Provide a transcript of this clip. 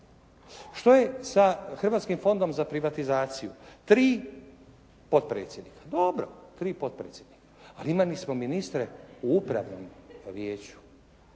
Što je sa Hrvatskim fondom za privatizaciju? Tri potpredsjednika. Dobro, tri potpredsjednika. Ali imali smo ministre u upravnom vijeću.